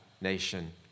nation